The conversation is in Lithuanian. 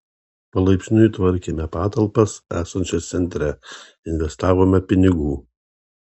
palaipsniui tvarkėme patalpas esančias centre investavome pinigų